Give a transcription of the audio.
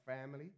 family